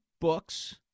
books